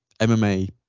MMA